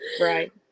right